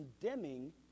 condemning